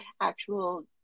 actual